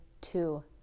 two